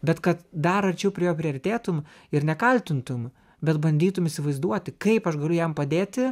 bet kad dar arčiau prie jo priartėtum ir nekaltintum bet bandytum įsivaizduoti kaip aš galiu jam padėti